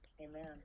Amen